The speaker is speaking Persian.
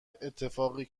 اتفاقی